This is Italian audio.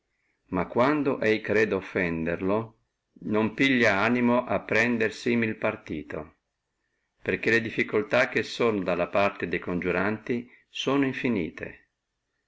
ma quando creda offenderlo non piglia animo a prendere simile partito perché le difficultà che sono dalla parte de congiuranti sono infinite